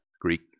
Greek